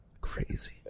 crazy